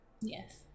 Yes